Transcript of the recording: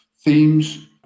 themes